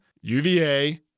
UVA